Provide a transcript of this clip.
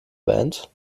band